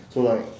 so like